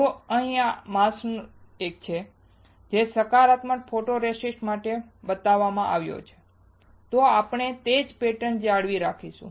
જો આ અહીંનો માસ્ક છે જે સકારાત્મક ફોટોરેસિસ્ટ માટે બતાવવામાં આવ્યો છે તો આપણે તે જ પેટર્ન જાળવી રાખીશું